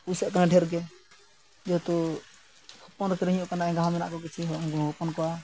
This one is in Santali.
ᱯᱚᱭᱥᱟᱜ ᱠᱟᱱᱟ ᱰᱷᱮᱨ ᱜᱮ ᱡᱮᱦᱮᱛᱩ ᱦᱚᱯᱚᱱ ᱟᱹᱠᱷᱨᱤᱧ ᱦᱩᱭᱩᱜ ᱠᱟᱱᱟ ᱮᱸᱜᱟ ᱦᱚᱸ ᱢᱮᱱᱟᱜ ᱠᱚᱣᱟ ᱠᱤᱪᱷᱩ ᱩᱱᱠᱩ ᱦᱚᱸᱠᱚ ᱦᱚᱯᱚᱱ ᱠᱚᱣᱟ